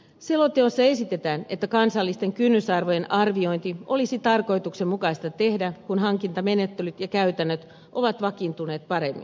selonteossa esitetään että kansallisten kynnysarvojen arviointi olisi tarkoituksenmukaista tehdä kun hankintamenettelyt ja käytännöt ovat vakiintuneet paremmin